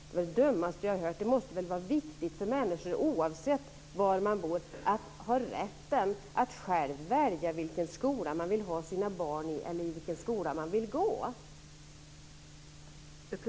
Det var det dummaste jag hört. Det måste väl vara viktigt för människor oavsett var de bor att ha rätten att själva välja vilken skola de vill ha sina barn i eller vilken skola de vill gå i.